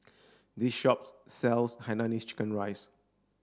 this shop sells Hainanese chicken rice